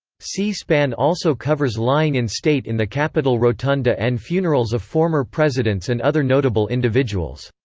c-span also covers lying in state in the capitol rotunda and funerals of former presidents and other notable individuals.